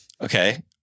Okay